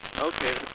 Okay